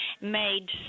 made